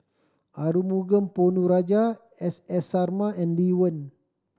Arumugam Ponnu Rajah S S Sarma and Lee Wen